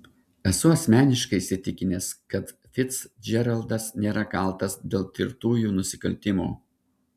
esu asmeniškai įsitikinęs kad ficdžeraldas nėra kaltas dėl tirtųjų nusikaltimų